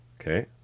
Okay